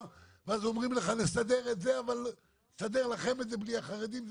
ואז אומרים לך: נסדר לכם את זה בלי החרדים,